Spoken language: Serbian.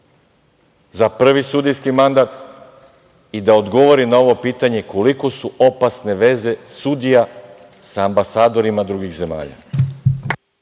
za prvi sudijski mandat i da odgovori na ovo pitanje koliko su opasne veze sudija sa ambasadorima drugih zemalja.